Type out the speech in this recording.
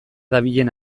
dabilen